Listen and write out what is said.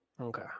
Okay